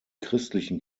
christlichen